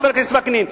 חבר הכנסת וקנין,